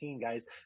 guys